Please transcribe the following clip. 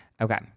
Okay